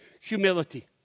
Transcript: humility